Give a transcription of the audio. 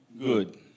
good